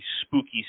spooky